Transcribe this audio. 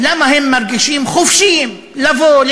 למה הם מרגישים חופשיים לבוא,